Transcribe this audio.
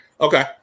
Okay